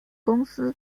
公司